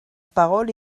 parole